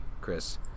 Chris